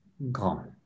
grand